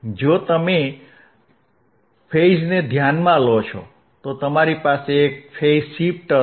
જો તમે ફેઇઝને ધ્યાનમાં લો છો તો તમારી પાસે એક ફેઇઝ શિફ્ટ હશે